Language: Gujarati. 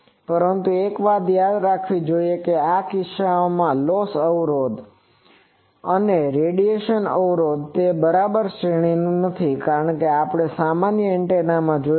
પરંતુ એક વાત યાદ રાખવી જોઈએ કે આ કિસ્સાઓમાં લોસ અવરોધ અને રેડીયેસન અવરોધ તેઓ બરાબર શ્રેણીમાં નથી કારણ કે આપણે સામાન્ય એન્ટેના માટે જોયું છે